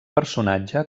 personatge